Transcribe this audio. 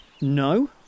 no